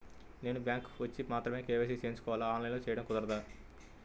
నేను బ్యాంక్ వచ్చి మాత్రమే కే.వై.సి చేయించుకోవాలా? ఆన్లైన్లో చేయటం కుదరదా?